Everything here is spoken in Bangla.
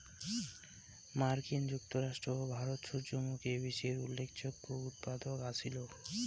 মার্কিন যুক্তরাষ্ট্র ও ভারত সূর্যমুখী বীচির উল্লেখযোগ্য উৎপাদক আছিল